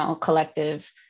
collective